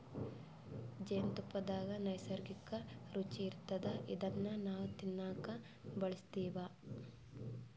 ಜೇನ್ತುಪ್ಪದಾಗ್ ನೈಸರ್ಗಿಕ್ಕ್ ರುಚಿ ಇರ್ತದ್ ಇದನ್ನ್ ನಾವ್ ತಿನ್ನಕ್ ಬಳಸ್ತಿವ್